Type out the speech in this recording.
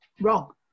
wrong